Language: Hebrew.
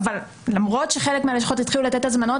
למרות שחלק מהלשכות כבר התחילו לתת הזמנות,